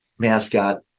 mascot